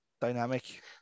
Dynamic